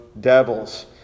devils